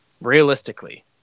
realistically